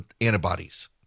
antibodies